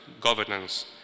governance